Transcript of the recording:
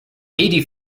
eighty